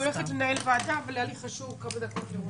אני הולכת לנהל ועדה, אבל היה לי חשוב כמה דקות.